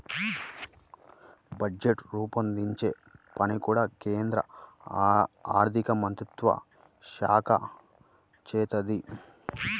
budget రూపొందించే పని కూడా కేంద్ర ఆర్ధికమంత్రిత్వశాఖే చేత్తది